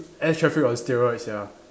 air traffic on steroid sia